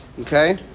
Okay